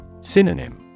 Synonym